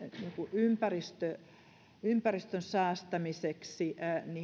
ympäristön ympäristön säästämiseksi